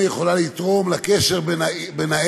כמה היא יכולה לתרום לקשר בין האם,